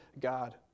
God